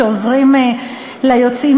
שעוזרים ליוצאים